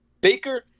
Baker